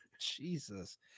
Jesus